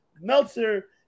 Meltzer